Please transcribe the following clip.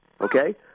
okay